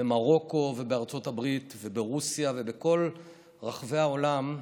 במרוקו ובארצות הברית וברוסיה, בכל רחבי העולם,